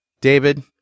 David